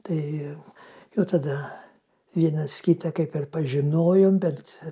tai jau tada vienas kitą kaip ir pažinojom bet